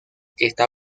esta